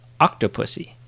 Octopussy